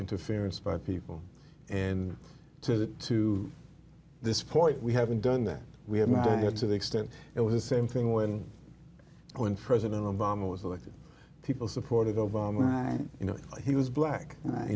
interference by people and to to this point we haven't done that we have not had to the extent it was the same thing when when president obama was elected people supported obama and you know he was black